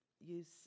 use